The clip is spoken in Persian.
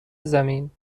زمین